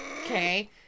Okay